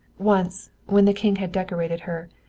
once, when the king had decorated her,